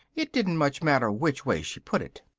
it didn't much matter which way she put it.